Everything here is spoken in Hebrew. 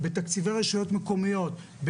בתקציבי רשויות מקומיות,